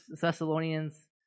Thessalonians